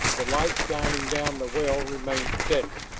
the light shining down the well remained steady,